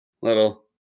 Little